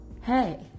hey